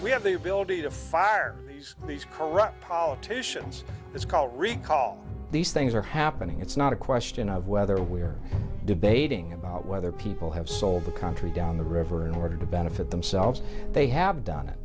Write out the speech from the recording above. we have the ability to fire these corrupt politicians it's called recall these things are happening it's not a question of whether we're debating about whether people have sold the country down the river in order to benefit themselves they have done it